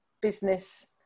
business